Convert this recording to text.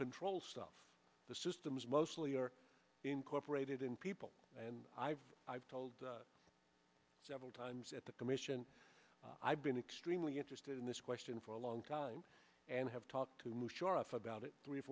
control stuff the systems mostly are incorporated in people and i've i've told several times at the commission i've been extremely interested in this question for a long time and have talked to move sheriff about it three or